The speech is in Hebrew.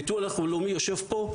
ביטוח לאומי יושב פה.